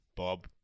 Bob